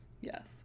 Yes